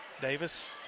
Davis